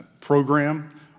program